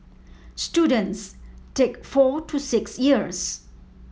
students take four to six years